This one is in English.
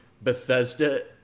Bethesda